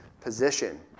position